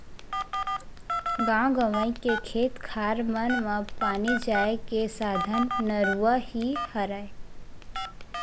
गाँव गंवई के खेत खार मन म पानी जाय के साधन नरूवा ही हरय